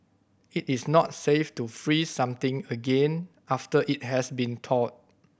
it is not safe to freeze something again after it has been thawed